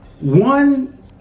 one